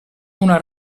una